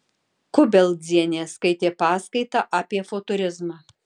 kubeldzienė skaitė paskaitą apie futurizmą